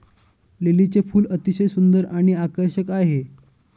लिलीचे फूल अतिशय सुंदर आणि आकर्षक आहे